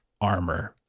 armor